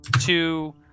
two